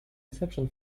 reception